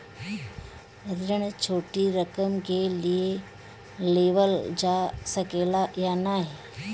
ऋण छोटी रकम के लिए लेवल जा सकेला की नाहीं?